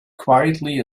quietly